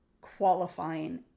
qualifying